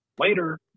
Later